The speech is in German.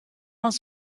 aus